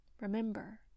remember